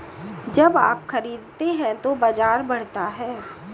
जब आप खरीदते हैं तो बाजार बढ़ता है